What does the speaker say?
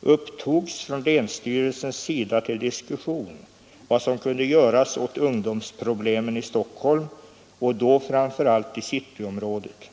upptogs från länsstyrelsens sida till diskussion vad som kunde göras åt ungdomsproblemen i Stockholm och då framför allt i cityområdet.